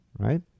Right